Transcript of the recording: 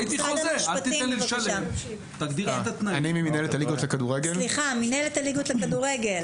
אני ממנהלת הליגות לכדורגל.